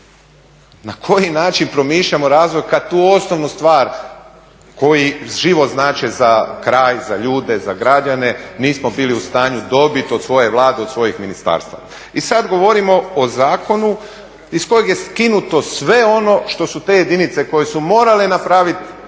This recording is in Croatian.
Na koji način promišljamo razvoj kada tu osnovnu stvari koji život znače za kraj, za ljude, za građane nismo bili u stanju dobiti od svoje Vlade, od svojih ministarstava. I sada govorimo o zakonu iz kojeg je skinuto sve ono što su te jedinice koje su morale napraviti